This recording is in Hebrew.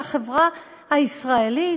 על החברה הישראלית?